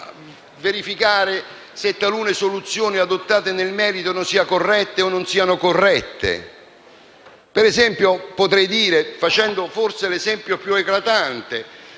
Potrei dire, facendo forse l'esempio più eclatante,